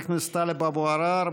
חבר הכנסת טלב אבו עראר,